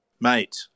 mate